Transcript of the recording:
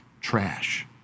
trash